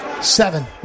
Seven